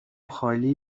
خالی